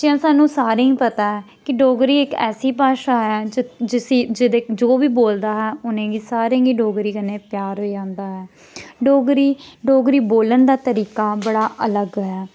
जि'यां साह्नू सारें गी पता ऐ कि डोगरी इक ऐसी भाशा ऐ जि जिसी जेह्दे जो बी बोलदा हा उ'नेंगी सारें गी डोगरी कन्नै प्यार होई जंदा ऐ डोगरी डोगरी बोलन दा तरीका बड़ा अलग ऐ